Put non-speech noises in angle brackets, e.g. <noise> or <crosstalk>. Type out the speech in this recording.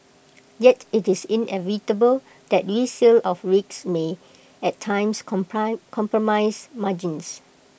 yet IT is inevitable that resale of rigs may at times <unintelligible> compromise margins